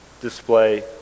display